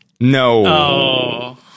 no